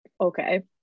okay